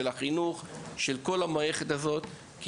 עם מערכות החינוך ושל כולם.